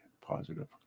positive